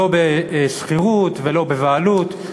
לא בשכירות ולא בבעלות.